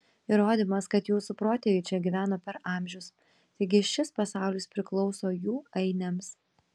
įrodymas kad jūsų protėviai čia gyveno per amžius taigi šis pasaulis priklauso jų ainiams